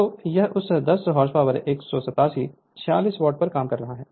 तो यह उस 10 उस 187 46 वाट पर काम कर रहा है